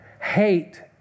hate